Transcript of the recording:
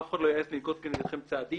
אף אחד לא יעז לנקוט כנגדכן צעדים.